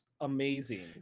amazing